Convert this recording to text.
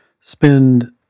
spend